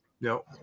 No